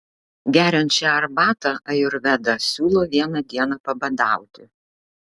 geriant šią arbatą ajurvedą siūlo vieną dieną pabadauti